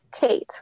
Kate